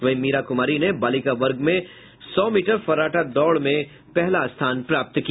वहीं मीरा कुमारी ने बालिका वर्ग मे सौ मीटर फर्राटा दौड़ में पहला स्थान प्राप्त किया